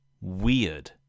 Weird